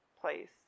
place